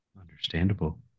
Understandable